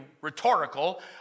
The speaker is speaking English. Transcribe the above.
rhetorical